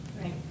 right